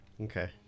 Okay